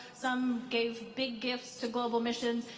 some gave big gifts to global missions.